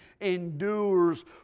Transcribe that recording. endures